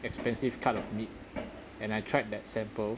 expensive cut of meat and I tried that sample